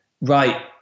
right